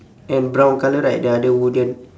and brown colour right the other wooden